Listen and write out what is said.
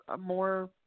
more